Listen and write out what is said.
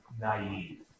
naive